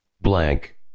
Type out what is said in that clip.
Blank